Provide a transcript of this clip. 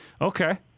Okay